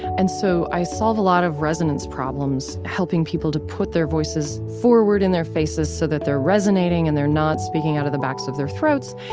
and so i solve a lot of resonance problems. helping people to put their voices forward in their faces so that they're resonating and they're not speaking out of the backs of their throats,